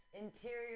Interior